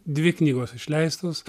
dvi knygos išleistos